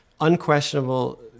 unquestionable